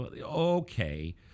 okay